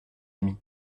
ami